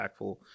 impactful